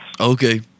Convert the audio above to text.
Okay